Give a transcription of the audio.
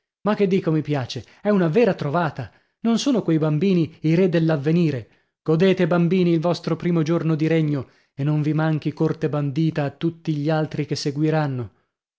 ma che dico mi piace è una vera trovata non sono quei bambini i re dell'avvenire godete bambini il vostro primo giorno di regno e non vi manchi corte bandita a tutti gli altri che seguiranno